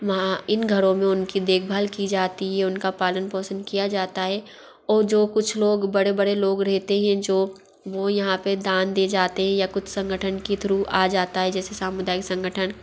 वहाँ इन घरों में उनकी देखभाल की जाती है उनका पालन पोषण किया जाता है और जो कुछ लोग बड़े बड़े लोग रहते हैं जो वो यहाँ पर दान दे जाते हें या कुछ संगठन के थ्रू आ जाता है जैसे सामुदायिक संगठन